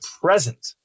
present